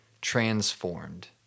transformed